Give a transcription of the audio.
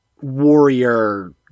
warrior-